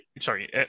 Sorry